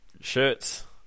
shirts